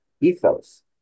ethos